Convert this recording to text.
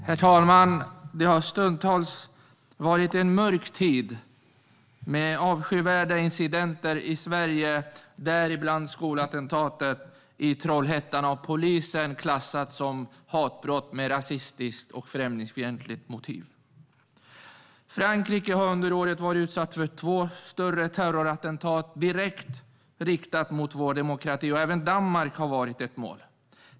Herr talman! Det har stundtals varit en mörk tid med avskyvärda incidenter i Sverige, däribland skolattentatet i Trollhättan - av polisen klassad som hatbrott med rasistiskt och främlingsfientligt motiv. Frankrike har under året varit utsatt för två större terrorattentat direkt riktade mot demokratin. Även Danmark har varit ett mål.